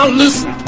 listen